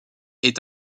est